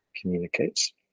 communicates